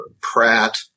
Pratt